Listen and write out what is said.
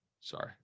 sorry